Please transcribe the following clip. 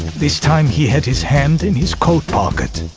this time he had his hand in his coat pocket.